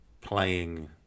playing